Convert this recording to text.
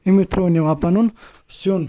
اَمہِ تھرٛو نِوان پَنُن سیُن